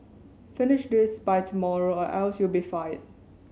finish this by tomorrow or else you'll be fired